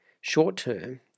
short-term